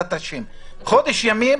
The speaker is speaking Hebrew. חודש ימים,